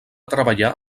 treballar